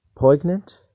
Poignant